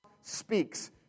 speaks